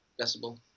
Decibel